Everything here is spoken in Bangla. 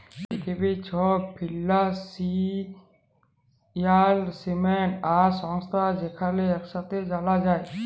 পিথিবীর ছব ফিল্যালসিয়াল সিস্টেম আর সংস্থা যেখালে ইকসাথে জালা যায়